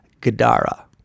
Gadara